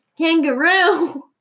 Kangaroo